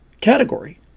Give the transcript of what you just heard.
category